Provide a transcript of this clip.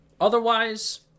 Otherwise